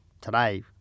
today